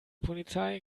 polizei